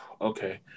Okay